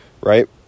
right